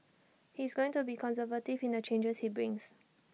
he is going to be conservative in the charges he brings